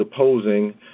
opposing